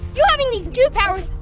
you having these goo powers,